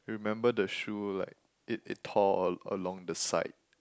remember the shoe like it it tore along the side